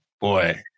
boy